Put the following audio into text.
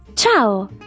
Ciao